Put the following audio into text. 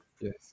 Yes